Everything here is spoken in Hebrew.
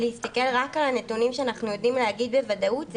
להסתכל רק על הנתונים שאנחנו יודעים להגיד בוודאות זה